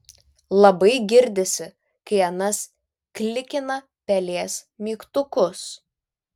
labai girdisi kai anas klikina pelės mygtukus